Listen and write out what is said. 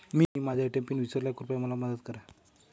मी माझा ATM pin विसरलो आहे, कृपया मला मदत करा